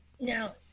Now